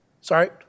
Sorry